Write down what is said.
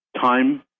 time